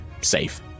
safe